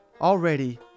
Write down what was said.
already